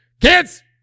Kids